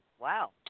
wow